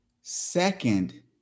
Second